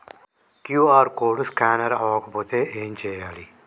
QR code scanner అవ్వకపోతే ఏం చేయాలి?